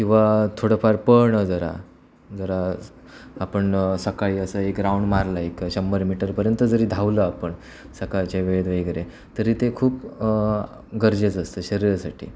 किंवा थोडंफार पळणं जरा जरा आपण सकाळी असं एक राऊंड मारला एक शंभर मीटरपर्यंत जरी धावलं आपण सकाळच्या वेळेत वगैरे तरी ते खूप गरजेचं असतं शरीरासाठी